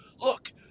look